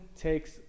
takes